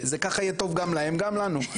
זה ככה יהיה טוב גם להם גם לנו,